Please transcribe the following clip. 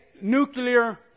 nuclear